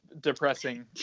depressing